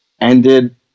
ended